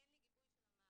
אין לי גיבוי של המערכת,